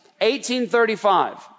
1835